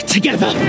Together